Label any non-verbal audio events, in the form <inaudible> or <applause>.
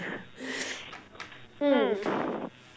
<laughs> mm